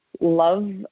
love